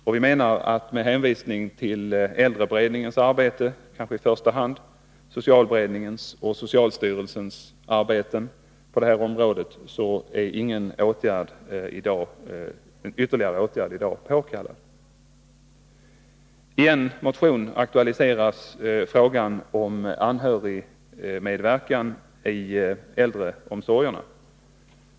Med hänvisning till kanske i första hand äldreberedningens arbete samt socialberedningens och socialstyrelsens arbete på området är enligt vår mening ingen ytterligare åtgärd påkallad i dag. I en motion aktualiseras frågan om anhörigmedverkan i äldreomsorgen.